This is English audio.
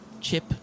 chip